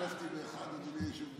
אדוני.